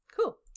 cool